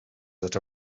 that